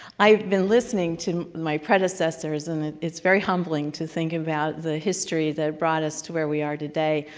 i've been listening to my predecessors, and it is very humbling to think about the history that brought us to where we are today,